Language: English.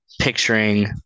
picturing